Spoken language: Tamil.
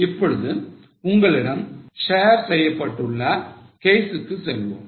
இப்பொழுது உங்களிடம் share செய்யப்பட்டுள்ள case க்கு செல்வோம்